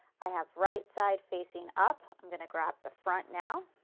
i have right side facing up. i am going to grab the front now